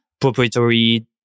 proprietary